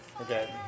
Okay